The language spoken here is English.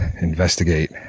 investigate